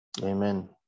Amen